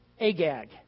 Agag